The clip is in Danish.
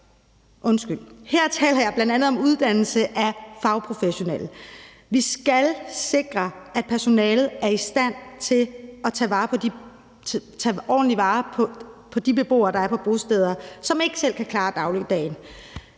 Her taler jeg bl.a. om uddannelse af fagprofessionelle. Vi skal sikre, at personalet er i stand til at tage ordentlig vare på de beboere, der er på bosteder, som ikke selv kan klare dagligdagen.